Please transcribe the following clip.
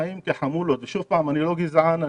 אני לא גזען,